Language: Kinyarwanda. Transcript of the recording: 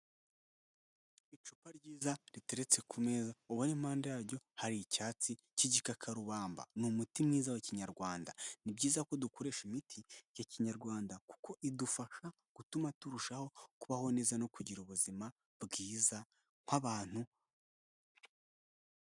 Icupa ryiza riteretse ku meza, ubona impanda yaryo hari icyatsi cy'igikakarubamba. Ni umuti mwiza wa Kinyarwanda. Ni byiza ko dukoresha imiti ya Kinyarwanda kuko idufasha gutuma turushaho kubaho neza no kugira ubuzima bwiza nk'abantu...